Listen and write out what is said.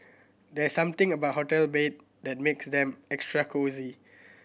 there's something about hotel bed that makes them extra cosy